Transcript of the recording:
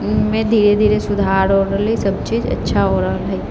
मे धीरे धीरे सुधार होइ रहल अछि सभ चीज अच्छा होइ रहल है